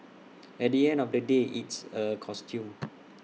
at the end of the day it's A costume